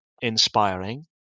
inspiring